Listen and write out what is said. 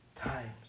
times